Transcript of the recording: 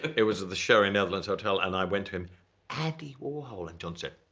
it was at the sherry netherland hotel and i went to him andy warhol and john said.